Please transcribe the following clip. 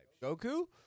Goku